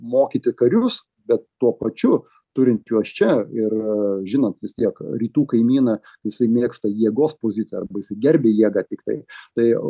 mokyti karius bet tuo pačiu turint juos čia ir žinant vis tiek rytų kaimyną jisai mėgsta jėgos poziciją arba jisai gerbia jėgą tiktai tai